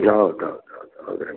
ಯಾ ಹೌದು ಹೌದು ಹೌದು ಹೌದು ರೀ